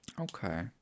okay